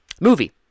Movie